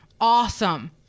Awesome